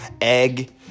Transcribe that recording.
egg